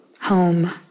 home